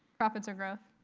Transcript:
profits or growth?